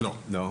לא.